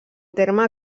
terme